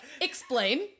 explain